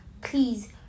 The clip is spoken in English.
please